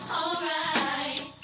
alright